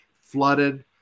flooded